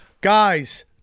Guys